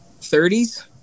30s